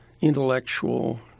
intellectual